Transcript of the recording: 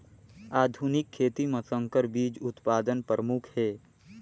आधुनिक खेती म संकर बीज उत्पादन प्रमुख हे